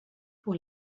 pour